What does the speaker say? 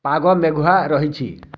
ପାଗ ମେଘୁଆ ରହିଛି